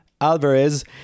Alvarez